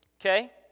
okay